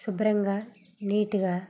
శుభ్రంగా నీట్ గా